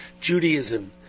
Judaism